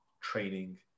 training